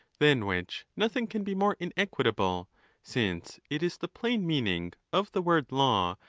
than which nothing can be more inequitable since it is the plain meaning of the word law,